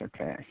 Okay